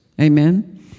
Amen